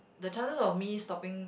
the chances of me stopping